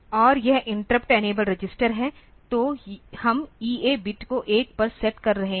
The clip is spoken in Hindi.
और यह इंटरप्ट इनेबल रजिस्टर है तो हम ईए बिट को 1 पर सेट कर रहे हैं इंटरप्ट को इनेबल कर रहे है